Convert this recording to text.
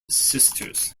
sisters